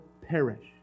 perish